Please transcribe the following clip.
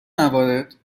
موارد